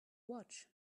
watch